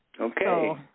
Okay